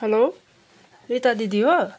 hello Rita दिदी हो